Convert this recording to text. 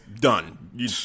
Done